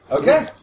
Okay